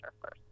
first